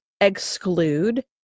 exclude